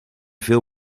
veel